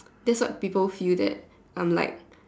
that's what people feel that I'm like